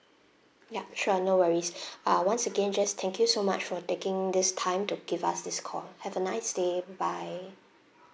ya sure no worries uh once again just thank you so much for taking this time to give us this call have a nice day bye